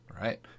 right